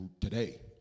today